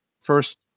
First